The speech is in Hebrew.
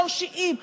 שורשיים,